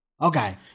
Okay